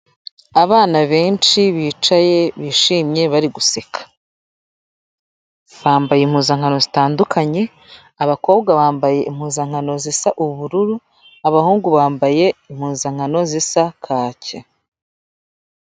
Abana benshi bicaye bishimye bari guseka. Bambaye impuzankano zitandukanye, abakobwa bambaye impuzankano zisa ubururu, abahungu bambaye impuzankano zisa kake.